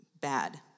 bad